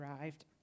arrived